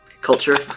culture